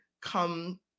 come